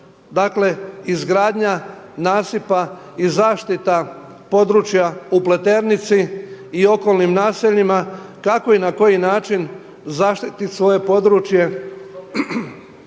dakle izgradnja nasipa i zaštita područja u Pleternici i okolnim naseljima kako i na koji način zaštititi svoje područje